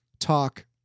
talk